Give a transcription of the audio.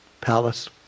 palace